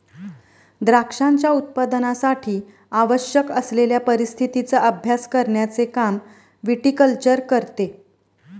द्राक्षांच्या उत्पादनासाठी आवश्यक असलेल्या परिस्थितीचा अभ्यास करण्याचे काम विटीकल्चर करते